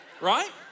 right